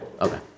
Okay